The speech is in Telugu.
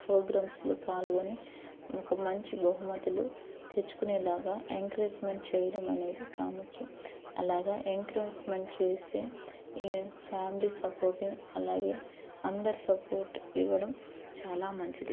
ప్రోగ్రామ్స్లో పాల్గొని ఒక మంచి బహుమతులు తెచ్చుకునేలాగా ఎంకరేజ్మెంట్ చేయడమనేది ప్రాముఖ్యం అలాగా ఎంకరేజ్మెంట్ చేసే ఈ ఫ్యామిలీ సపోర్టింగ్ అలాగే అందరి సపోర్ట్ ఇవ్వడం చాలా మంచిది